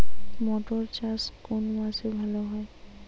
মটর চাষ কোন মাসে ভালো হয়?